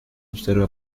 observa